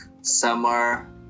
Summer